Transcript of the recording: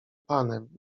panem